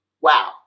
Wow